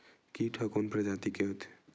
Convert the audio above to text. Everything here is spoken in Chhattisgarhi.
कीट ह कोन प्रजाति के होथे?